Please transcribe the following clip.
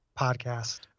podcast